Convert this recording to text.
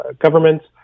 governments